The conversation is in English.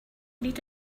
need